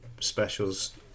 specials